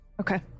Okay